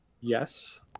Yes